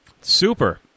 Super